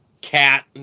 cat